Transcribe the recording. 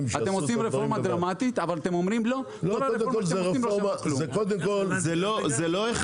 אתם עושים רפורמה דרמטית אבל אומרים- -- קודם כל,